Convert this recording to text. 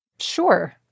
Sure